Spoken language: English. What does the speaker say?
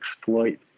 exploit